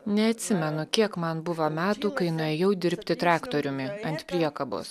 neatsimenu kiek man buvo metų kai nuėjau dirbti traktoriumi ant priekabos